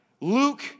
Luke